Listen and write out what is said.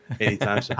anytime